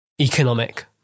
economic